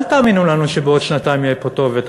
אל תאמינו לנו שבעוד שנתיים יהיה פה טוב יותר.